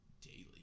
daily